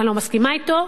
אני לא מסכימה אתו,